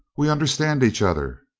we understand each other,